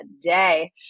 day